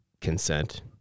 consent